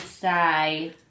say